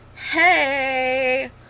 hey